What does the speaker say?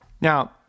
Now